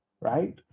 right